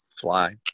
fly